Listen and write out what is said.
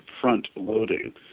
front-loading